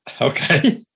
Okay